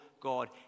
God